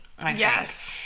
Yes